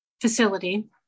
facility